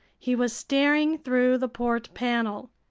he was staring through the port panel.